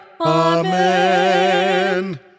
Amen